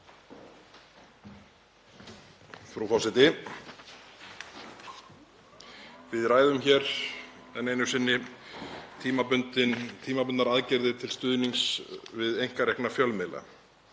Frú forseti. Við ræðum hér enn einu sinni tímabundnar aðgerðir til stuðnings við einkarekna fjölmiðla.